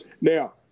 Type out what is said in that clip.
Now